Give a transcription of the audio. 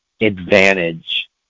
advantage